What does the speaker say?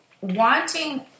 wanting